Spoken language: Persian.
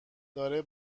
داره